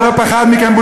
שלא פחד מכם,